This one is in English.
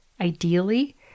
Ideally